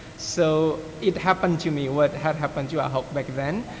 so it happened to me what had happened to ahok back then.